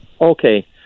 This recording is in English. Okay